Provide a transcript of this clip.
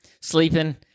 sleeping